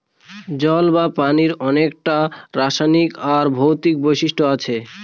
জল বা পানির অনেককটা রাসায়নিক আর ভৌতিক বৈশিষ্ট্য আছে